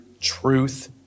truth